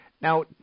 Now